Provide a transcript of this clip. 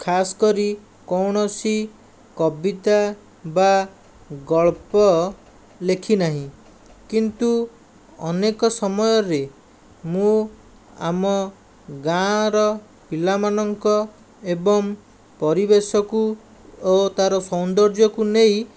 ଖାସ୍ କରି କୌଣସି କବିତା ବା ଗଳ୍ପ ଲେଖିନାହିଁ କିନ୍ତୁ ଅନେକ ସମୟରେ ମୁଁ ଆମ ଗାଁର ପିଲାମାନଙ୍କ ଏବଂ ପରିବେଶକୁ ଓ ତା'ର ସୌନ୍ଦର୍ଯ୍ୟକୁ ନେଇ